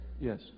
Yes